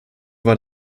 war